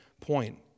point